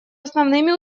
основными